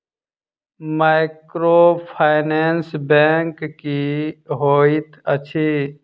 Microfinance bank की होइत अछि?